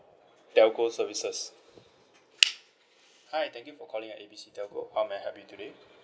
telco services hi thank you for calling a b c telco how may I help you today